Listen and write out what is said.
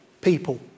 people